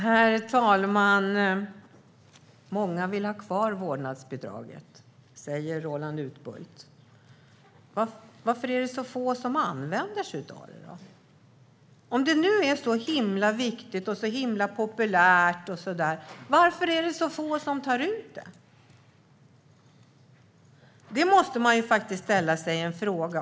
Herr talman! Många vill ha kvar vårdnadsbidraget, säger Roland Utbult. Varför är det då så få som använder sig av vårdnadsbidraget? Om det är så himla viktigt och populärt, varför är det så få som tar ut vårdnadsbidraget? Dessa frågor måste man ställa sig.